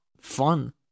fun